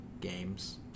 Games